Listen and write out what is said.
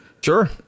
Sure